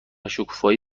شکوفایی